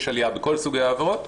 יש עליה בכל סוגי העבירות.